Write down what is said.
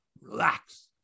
Relax